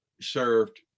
served